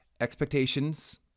expectations